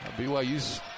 BYU's